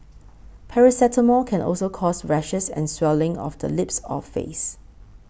paracetamol can also cause rashes and swelling of the lips or face